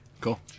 cool